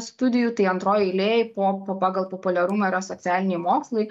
studijų tai antroj eilėj po papagal populiarumą yra socialiniai mokslai